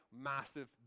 massive